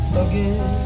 again